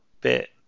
bit